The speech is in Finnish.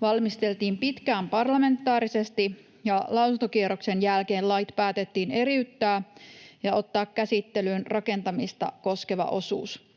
valmisteltiin pitkään parlamentaarisesti, ja lausuntokierroksen jälkeen lait päätettiin eriyttää ja ottaa käsittelyyn rakentamista koskeva osuus.